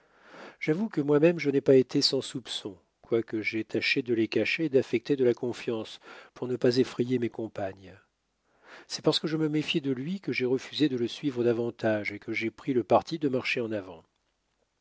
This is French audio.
j'avoue que moi-même je n'ai pas été sans soupçons quoique j'aie tâché de les cacher et d'affecter de la confiance pour ne pas effrayer mes compagnes c'est parce que je me méfiais de lui que j'ai refusé de le suivre davantage et que j'ai pris le parti de marcher en avant